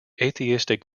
atheistic